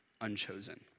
unchosen